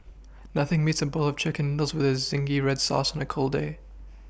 nothing beats a bowl of chicken noodles with zingy red sauce on a cold day